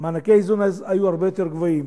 מענקי האיזון היו הרבה יותר גבוהים.